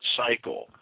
cycle